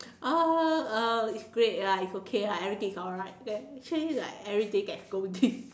oh uh it's great lah it's okay lah everything is alright actually everyday got scolding